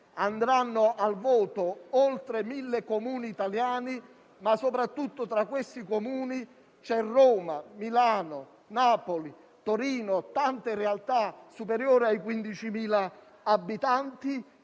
andranno al voto oltre 1.000 Comuni italiani e, soprattutto, tra essi ci sono Roma, Milano, Napoli, Torino e tante realtà superiori ai 15.000 abitanti.